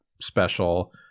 special